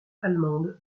allemande